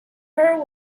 heard